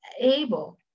able